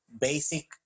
basic